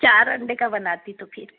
चार अंडे का बनाती तो फिर